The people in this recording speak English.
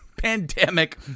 pandemic